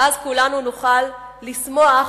ואז כולנו נוכל לשמוח